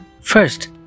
First